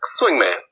swingman